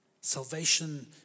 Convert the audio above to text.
Salvation